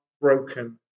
broken